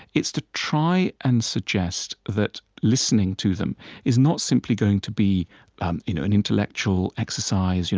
it's to try and suggest that listening to them is not simply going to be um you know an intellectual exercise, you know